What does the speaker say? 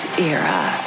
era